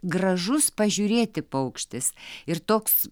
gražus pažiūrėti paukštis ir toks